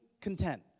content